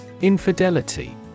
Infidelity